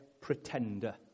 pretender